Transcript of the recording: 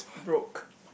broke